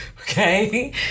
okay